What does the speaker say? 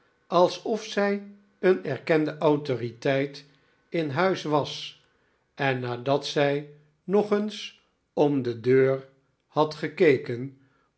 alsof zij een erkende autoriteit in huis was en nadat zij nogeens om de deur had gekeken